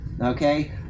okay